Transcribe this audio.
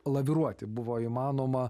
laviruoti buvo įmanoma